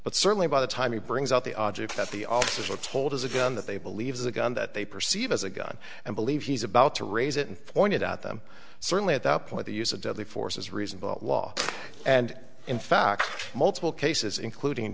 but certainly by the time he brings out the object that the officers were told as a gun that they believe the gun that they perceive as a gun and believe he's about to raise it and pointed at them certainly at that point the use of deadly force is reasonable law and in fact multiple cases including